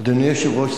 אדוני היושב-ראש,